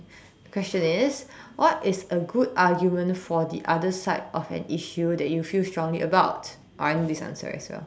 the question is what is a good argument for the other side of an issue that you feel strongly about I know this answer as well